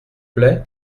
plait